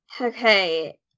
okay